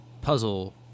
puzzle